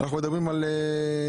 אנחנו מדברים על (3),